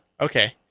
Okay